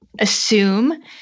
assume